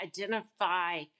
identify